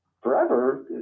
forever